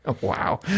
wow